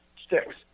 sticks